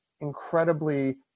incredibly